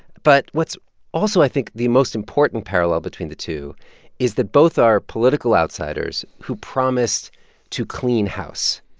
but what's also, i think, the most important parallel between the two is that both are political outsiders who promised to clean house.